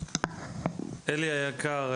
אלי היקר,